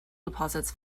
deposits